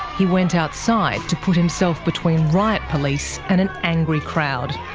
he went outside to put himself between riot police and an angry crowd.